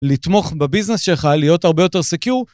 לתמוך בביזנס שלך, להיות הרבה יותר סקיור.